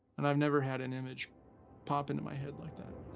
and i've never had an image pop into my head like that.